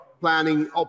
planning